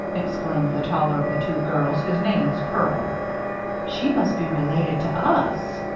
exclaimed the taller of the two girls, whose name was pearl she must be related to us!